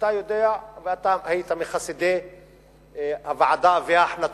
אתה יודע, ואתה היית מחסידי הוועדה והחלטותיה.